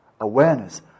awareness